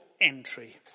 entry